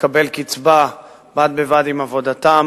לקבל קצבה בד בבד עם עבודתם,